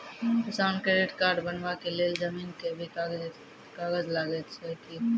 किसान credit card बनबा के लेल जमीन के भी कागज लागै छै कि?